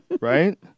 Right